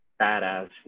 badass